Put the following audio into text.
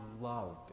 loved